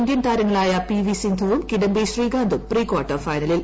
Indian താരങ്ങളായ P V സിന്ധുവും കിഡംബി ശ്രീകാന്തും പ്രീക്വാർട്ടർ ഫൈനലിൽ